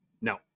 No